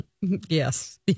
Yes